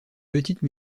petites